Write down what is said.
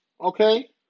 Okay